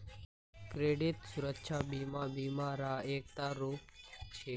credit सुरक्षा बीमा बीमा र एकता रूप छिके